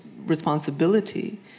responsibility